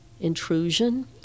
intrusion